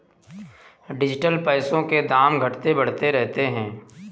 digital पैसों के दाम घटते बढ़ते रहते हैं